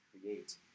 create